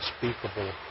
unspeakable